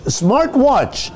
smartwatch